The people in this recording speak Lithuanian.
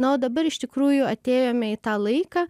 na o dabar iš tikrųjų atėjome į tą laiką